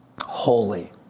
Holy